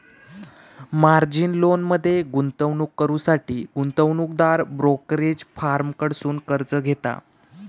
margin लोनमध्ये गुंतवणूक करुसाठी गुंतवणूकदार ब्रोकरेज फर्म कडसुन कर्ज घेता